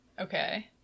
Okay